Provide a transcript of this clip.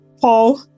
Paul